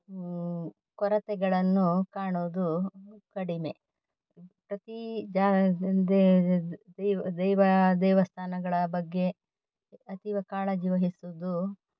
ಕೊರತೆಗಳನ್ನು ಕಾಣುವುದು ಕಡಿಮೆ ಪ್ರತೀ ಜ ದೇವ ದೇವ ದೇವಸ್ಥಾನಗಳ ಬಗ್ಗೆ ಅತೀವ ಕಾಳಜಿ ವಹಿಸುವುದು